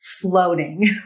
floating